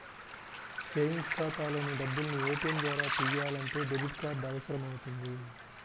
savings ఖాతాలోని డబ్బుల్ని ATM ద్వారా తియ్యాలంటే డెబిట్ కార్డు అవసరమవుతుంది